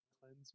cleanse